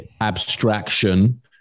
abstraction